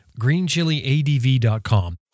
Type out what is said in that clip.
greenchiliadv.com